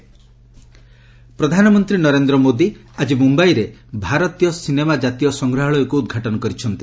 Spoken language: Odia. ପିଏମ୍ ମୁମ୍ବାଇ ପ୍ରଧାନମନ୍ତ୍ରୀ ନରେନ୍ଦ୍ର ମୋଦି ଆଜି ମୁମ୍ୟାଇରେ ଭାରତୀୟ ସିନେମା ଜାତୀୟ ସଂଗ୍ରହାଳୟକୁ ଉଦ୍ଘାଟନ କରିଛନ୍ତି